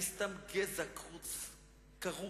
אני סתם גזע כרות זקן.